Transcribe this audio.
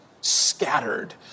scattered